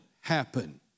happen